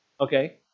Okay